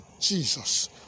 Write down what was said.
Jesus